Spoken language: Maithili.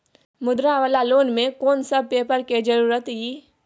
मुद्रा वाला लोन म कोन सब पेपर के जरूरत इ?